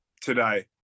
Today